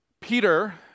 Peter